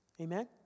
Amen